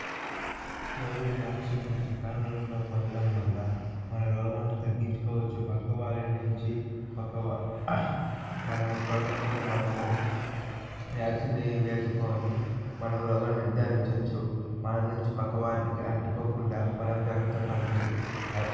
Covid వ్యాక్సిన్ను సకాలంలో పొందడం వల్ల మన రోగాన్ని తగ్గించుకోవచ్చు పక్కవారి నుంచి మనము పొందకుండా మనము వ్యాక్సిన్ వేసుకొని మనం రోగాన్ని నిర్ధారించవచ్చు మన నుంచి పక్కవారికి అంటుకోకుండా మనం జాగ్రత్త పడవచ్చు